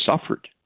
suffered